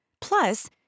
Plus